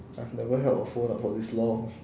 I've never held a phone up for this long